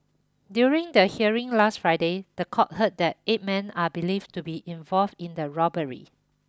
during the hearing last Friday the court heard that eight men are believed to be involved in the robbery